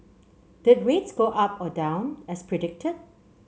did rates go up or down as predicted